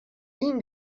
این